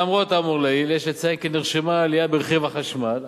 למרות האמור לעיל יש לציין כי נרשמה עלייה ברכיב החשמל,